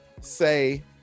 say